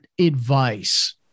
advice